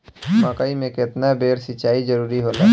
मकई मे केतना बेर सीचाई जरूरी होला?